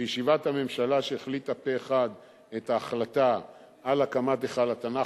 בישיבת הממשלה שהחליטה פה-אחד את ההחלטה על הקמת היכל התנ"ך,